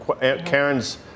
Karen's